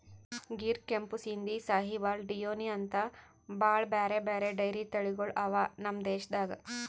ಗಿರ್, ಕೆಂಪು ಸಿಂಧಿ, ಸಾಹಿವಾಲ್, ಡಿಯೋನಿ ಅಂಥಾ ಭಾಳ್ ಬ್ಯಾರೆ ಬ್ಯಾರೆ ಡೈರಿ ತಳಿಗೊಳ್ ಅವಾ ನಮ್ ದೇಶದಾಗ್